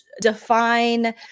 define